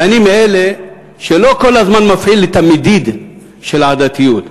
ואני מאלה שלא כל הזמן מפעיל את המדיד של העדתיות,